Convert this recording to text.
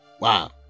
Wow